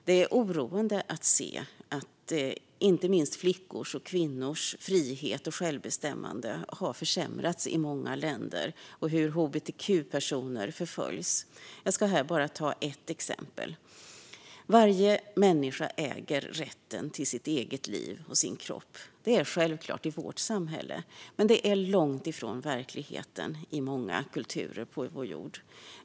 Det är oroande att se att inte minst flickors och kvinnors frihet och självbestämmande har försämrats i många länder och hur hbtq-personer förföljs. Jag ska här bara ta ett exempel. Varje människa äger rätten till sitt eget liv och sin kropp. Det är självklart i vårt samhälle, men det är långt ifrån verkligheten i många kulturer på vår jord.